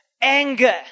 anger